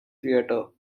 theatre